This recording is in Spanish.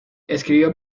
escribió